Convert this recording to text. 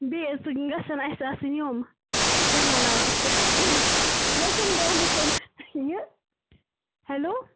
بیٚیہِ حظ گژھن اَسہِ آسٕنۍ یِم کیٛاہ وَنان اتھ چھِنہٕ حظ تِم درامٕتۍ تِم یہِ ہیٚلو